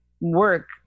work